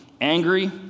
angry